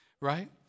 right